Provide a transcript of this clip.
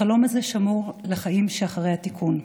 החלום הזה שמור לחיים שאחרי התיקון.